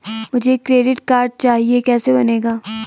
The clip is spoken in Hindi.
मुझे क्रेडिट कार्ड चाहिए कैसे बनेगा?